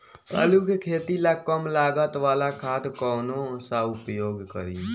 आलू के खेती ला कम लागत वाला खाद कौन सा उपयोग करी?